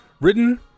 Written